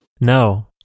No